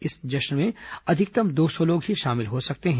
इस जश्न में अधिकतम दो सौ लोग ही शामिल हो सकते हैं